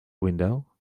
window